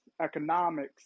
economics